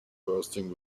bursting